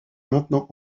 maintenant